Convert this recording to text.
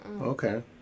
Okay